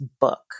book